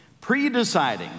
Predeciding